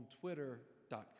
Twitter.com